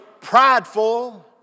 prideful